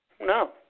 No